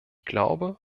glaube